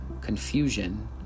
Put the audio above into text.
confusion